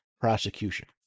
prosecution